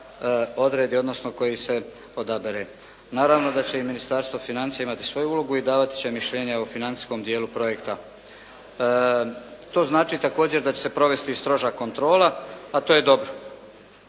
odredi odnosno koji se odabere. Naravno da će i Ministarstvo financija imati svoju ulogu i davat će mišljenja o financijskom dijelu projekta. To znači također da će se provesti stroža kontrola, a to je dobro.